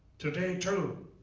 today, too,